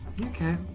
Okay